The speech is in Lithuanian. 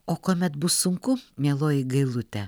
o kuomet bus sunku mieloji gailute